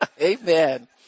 Amen